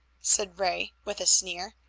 said ray, with a sneer.